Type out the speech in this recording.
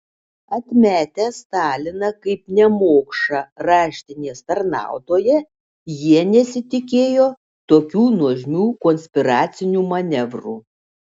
atmetę staliną kaip nemokšą raštinės tarnautoją jie nesitikėjo tokių nuožmių konspiracinių manevrų